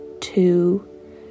two